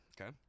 Okay